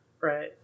Right